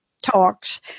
talks